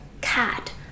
cat